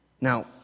Now